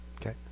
Okay